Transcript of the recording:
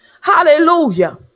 Hallelujah